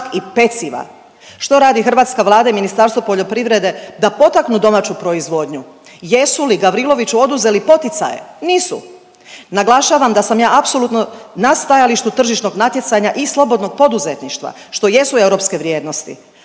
i peciva. Što radi hrvatska Vlada i Ministarstvo poljoprivrede da potaknu domaću proizvodnju? Jesu li Gavriloviću oduzeli poticaje? Nisu. Naglašavam da sam ja apsolutno na stajalištu tržišnog natjecanja i slobodnog poduzetništva što jesu europske vrijednosti,